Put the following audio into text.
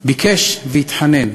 והוא ביקש והתחנן: